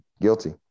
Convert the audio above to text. Guilty